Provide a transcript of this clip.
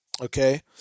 Okay